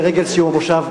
לרגל סיום המושב,